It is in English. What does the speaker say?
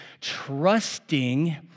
trusting